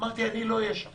אמרתי: אני לא אהיה שם